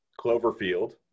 Cloverfield